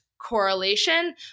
Correlation